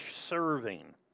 serving